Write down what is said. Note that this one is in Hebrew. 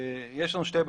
שתי בקשות.